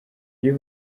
iyo